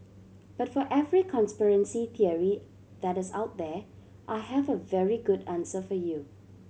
but for every conspiracy theory that is out there I have a very good answer for you